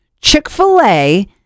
Chick-fil-A